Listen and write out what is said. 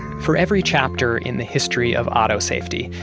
for every chapter in the history of auto safety,